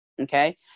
Okay